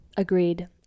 Agreed